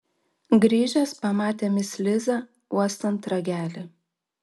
grįžęs pamatė mis lizą uostant ragelį